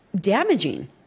damaging